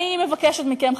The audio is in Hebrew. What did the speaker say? אני מבקשת מכם,